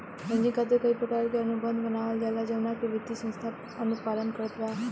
hedging खातिर कई प्रकार के अनुबंध बनावल जाला जवना के वित्तीय संस्था अनुपालन करत बा